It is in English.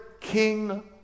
king